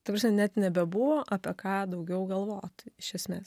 ta prasme net nebebuvo apie ką daugiau galvoti iš esmės